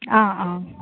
ആ ആ